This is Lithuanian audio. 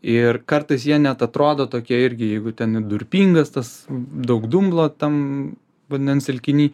ir kartais jie net atrodo tokie irgi jeigu ten į durpingas tas daug dumblo tam vandens telkiny